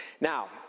Now